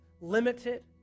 limited